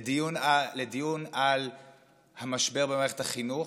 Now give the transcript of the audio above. לדיון על המשבר במערכת החינוך,